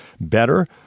better